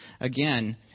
again